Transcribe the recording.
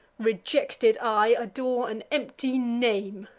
rejected i, adore an empty name.